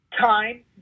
time